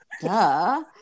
Duh